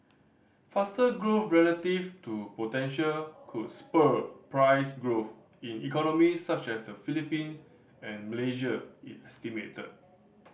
faster growth relative to potential could spur price growth in economies such as the Philippines and Malaysia it estimated